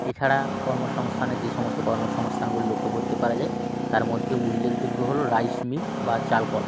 এছাড়া কর্মসংস্থানের যে সমস্ত কর্মসংস্থানগুলি লক্ষ্য করতে পারা যায় তার মধ্যে উল্লকেযোগ্য হলো রাইস মিল বা চাল কল